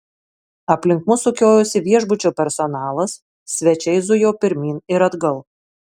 aplink mus sukiojosi viešbučio personalas svečiai zujo pirmyn ir atgal